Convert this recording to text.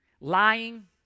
lying